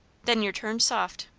then you're turned soft.